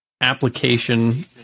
application